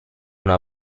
una